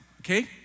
okay